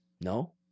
No